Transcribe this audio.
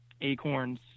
acorns